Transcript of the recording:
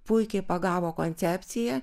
puikiai pagavo koncepciją